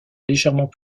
légèrement